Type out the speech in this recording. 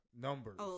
Numbers